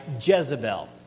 Jezebel